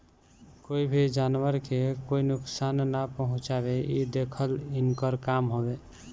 कोई भी जानवर के कोई नुकसान ना पहुँचावे इ देखल इनकर काम हवे